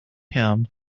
him